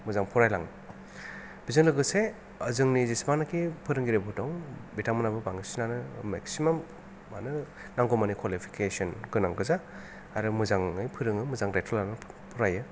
मोजां फरायलाङो बेजों लोगोसे जोंनि जेसेबां नाखि फोरोंगिरिफोर दं बिथांमोनाबो बांसिन आनो मेक्सिमाम आनो नांगौ मानि कवालिफिखेसन गोनां गोजा आरो मोजाङै फोरोङो मोजां दायथ' लानानै फरायो